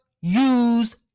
use